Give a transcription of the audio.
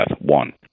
one